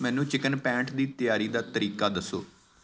ਮੈਨੂੰ ਚਿਕਨ ਪੈਂਹਠ ਦੀ ਤਿਆਰੀ ਦਾ ਤਰੀਕਾ ਦੱਸੋ